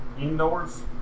indoors